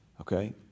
okay